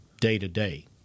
day-to-day